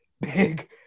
big